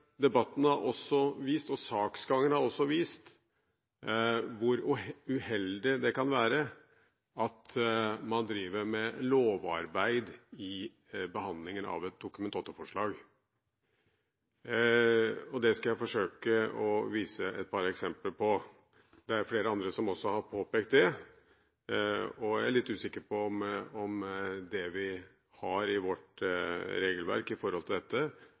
debatten og saksgangen har også vist hvor uheldig det kan være at man driver med lovarbeid i behandlingen av et Dokument 8-forslag. Det skal jeg forsøke å vise et par eksempler på. Det er flere andre som også har påpekt det. Jeg er litt usikker på om det vi har i vårt regelverk når det gjelder dette, kanskje ikke er helt gjennomtenkt, når vi ser hva som kan skje i